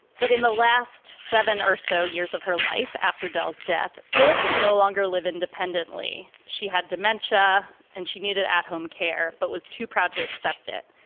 but in the last seven or so years of her life after dels death, phyllis could no longer live independently. she had dementia and she needed at home care, but was too proud to accept it.